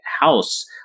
house